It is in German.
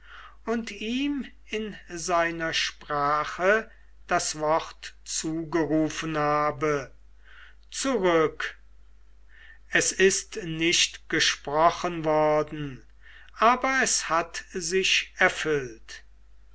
und ihm in seiner sprache das wort zugerufen habe zurück es ist nicht gesprochen worden aber es hat sich erfüllt